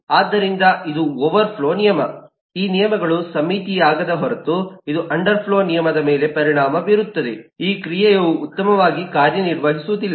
ಆದ್ದರಿಂದ ಇದು overflow ನಿಯಮ ಈ ನಿಯಮಗಳು ಸಮ್ಮಿತೀಯವಾಗದ ಹೊರತು ಇದು ಅಂಡರ್ ಫ್ಲೋ ನಿಯಮದ ಮೇಲೆ ಪರಿಣಾಮ ಬೀರುತ್ತದೆ ಈ ಕ್ರಿಯೆಯು ಉತ್ತಮವಾಗಿ ಕಾರ್ಯನಿರ್ವಹಿಸುವುದಿಲ್ಲ